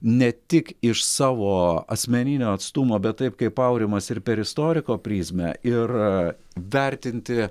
ne tik iš savo asmeninio atstumo bet taip kaip aurimas ir per istoriko prizmę ir vertinti